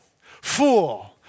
Fool